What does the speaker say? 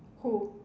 who